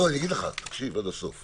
לא, אני אגיד לך, תקשיב עד הסוף.